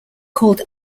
called